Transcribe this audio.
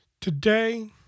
Today